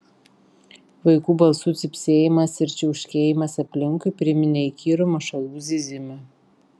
vaikų balsų cypsėjimas ir čiauškėjimas aplinkui priminė įkyrų mašalų zyzimą